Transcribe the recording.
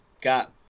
got